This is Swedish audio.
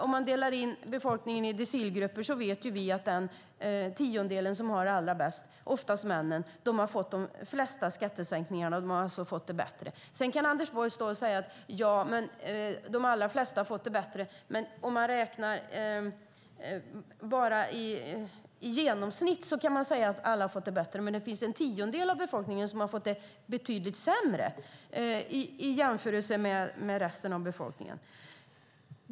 Om man delar in befolkningen i decilgrupper vet vi att den tiondel som har det allra bäst, oftast männen, har fått de flesta skattesänkningarna. De har alltså fått det bättre. Sedan kan Anders Borg stå och säga att de allra flesta har fått det bättre. Om man ser till ett genomsnitt är det kanske så, men det finns en tiondel av befolkningen som har fått det betydligt sämre än resten av befolkningen.